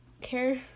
care